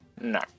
no